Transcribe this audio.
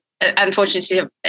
unfortunately